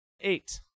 Eight